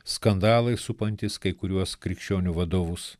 skandalai supantys kai kuriuos krikščionių vadovus